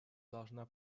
должна